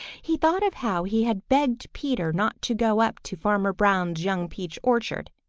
he thought of how he had begged peter not to go up to farmer brown's young peach orchard.